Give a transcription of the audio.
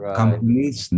companies